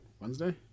Wednesday